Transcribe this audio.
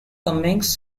cummings